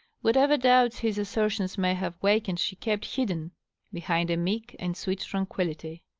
whatever doubts his assertions may have wakened she kept hidden behind a meek and sweet tranquillity.